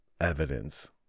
evidence